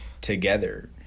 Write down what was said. together